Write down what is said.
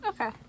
Okay